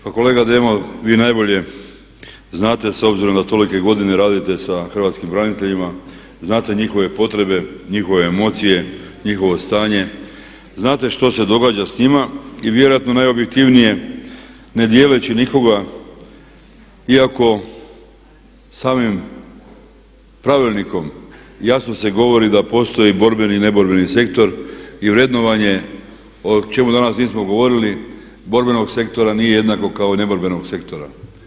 Pa kolega Demo vi najbolje znate s obzirom da tolike godine radite sa hrvatskim braniteljima i znate njihove potrebe, njihove emocije, njihovo stanje, znate što se događa s njima i vjerojatno najobjektivnije ne dijeleći nikoga iako samim pravilnikom jasno se govori da postoji borbeni i neborbeni sektor i vrednovanje o čemu danas nismo govorili borbenog sektora nije jednako kao neborbenog sektora.